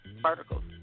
particles